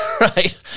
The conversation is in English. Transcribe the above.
right